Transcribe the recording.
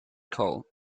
cold